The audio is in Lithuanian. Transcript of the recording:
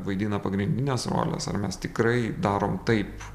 vaidina pagrindines roles ar mes tikrai darom taip